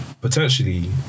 potentially